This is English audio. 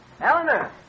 Eleanor